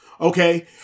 Okay